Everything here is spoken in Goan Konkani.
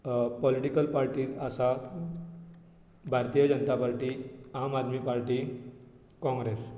पोलिटीकल पार्टीज आसात भारतीय जनता पार्टी आम आदमी पार्टी काँग्रेस